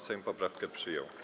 Sejm poprawkę przyjął.